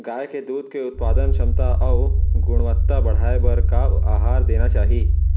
गाय के दूध के उत्पादन क्षमता अऊ गुणवत्ता बढ़ाये बर का आहार देना चाही?